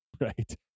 right